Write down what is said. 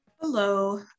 Hello